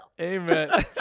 Amen